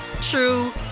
true